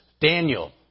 Daniel